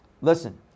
Listen